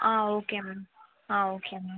ah okay ma'am ah okay ma'am